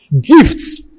gifts